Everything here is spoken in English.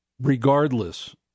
Regardless